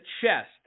chest